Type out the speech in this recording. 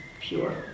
pure